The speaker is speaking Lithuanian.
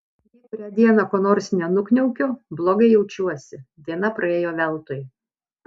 jei kurią dieną ko nors nenukniaukiu blogai jaučiuosi diena praėjo veltui